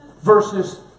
Versus